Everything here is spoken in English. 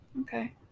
Okay